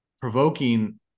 provoking